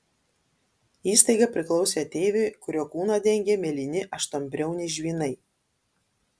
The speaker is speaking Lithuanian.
įstaiga priklausė ateiviui kurio kūną dengė mėlyni aštuonbriauniai žvynai